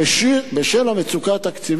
בשל המצוקה התקציבית.